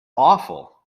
awful